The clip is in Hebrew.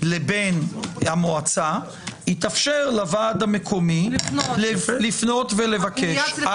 לבין המועצה יתאפשר לוועד המקומי לפנות ולבקש.